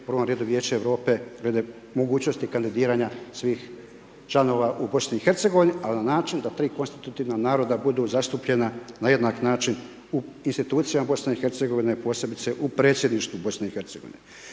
u prvom redu Vijeće Europe mogućnosti kandidiranja svih članova u BIH, ali na način da 3 konstitutivna naroda budu zastupljena na jednak način u institucijama BIH, posebice u predsjedništvu BIH.